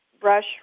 brush